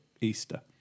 Easter